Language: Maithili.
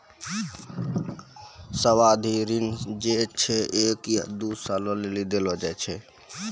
सावधि ऋण जे छै एक या दु सालो लेली देलो जाय छै